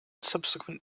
subsequent